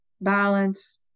balance